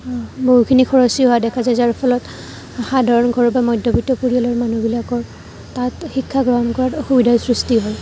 বহুখিনি খৰচী হোৱা দেখা যায় যাৰ ফলত সাধাৰণ ঘৰৰ বা মধ্যবিত্ত পৰিয়ালৰ মানুহবিলাকৰ তাত শিক্ষা গ্ৰহণ কৰাত অসুবিধাৰ সৃষ্টি হয়